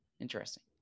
Interesting